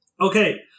Okay